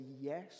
yes